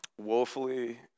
woefully